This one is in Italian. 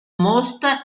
most